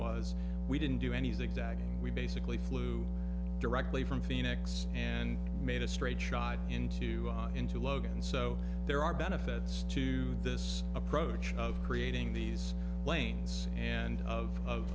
was we didn't do anything back and we basically flew directly from phoenix and made a straight shot into into logan so there are benefits to this approach of creating these planes and of of